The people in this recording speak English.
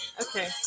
Okay